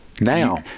Now